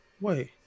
wait